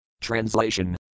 Translation